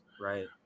Right